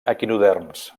equinoderms